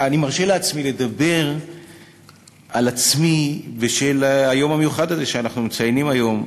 אני מרשה לעצמי לדבר על עצמי בשל היום המיוחד הזה שאנחנו מציינים היום,